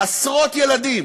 עשרות ילדים